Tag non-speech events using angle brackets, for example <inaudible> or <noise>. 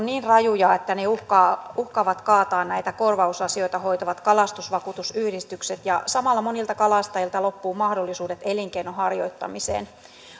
<unintelligible> niin rajuja että ne uhkaavat kaataa näitä korvausasioita hoitavat kalastusvakuutusyhdistykset ja samalla monilta kalastajilta loppuvat mahdollisuudet elinkeinon harjoittamiseen